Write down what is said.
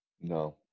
No